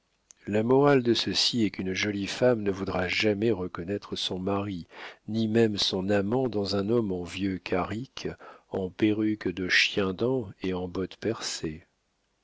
la morale de ceci est qu'une jolie femme ne voudra jamais reconnaître son mari ni même son amant dans un homme en vieux carrick en perruque de chiendent et en bottes percées